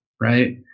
Right